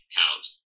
count